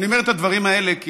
אני אומר את הדברים האלה כי